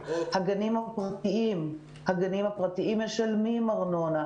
הגנים הפרטיים משלמים ארנונה,